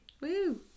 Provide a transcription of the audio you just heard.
Woo